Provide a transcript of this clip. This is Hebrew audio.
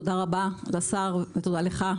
תודה רבה לשר ותודה לך,